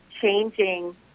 changing